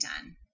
done